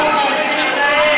אתה,